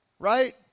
right